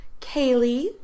Kaylee